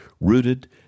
rooted